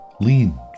lean